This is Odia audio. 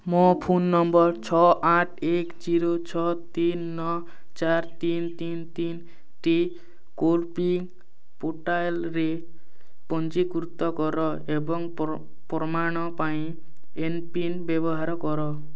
ମୋ ଫୋନ୍ ନମ୍ବର ଛଅ ଆଠ ଏକ ଜିରୋ ଛଅ ତିନି ନଅ ଚାରି ତିନି ତିନି ତିନି ଟି କୋର୍ଡ଼ ପି ପୁର୍ଟାଲରେ ପଞ୍ଜୀକୃତ କର ଏବଂ ପ୍ରମାଣ ପାଇଁ ଏମ୍ପିନ୍ ବ୍ୟବହାର କର